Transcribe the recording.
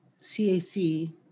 CAC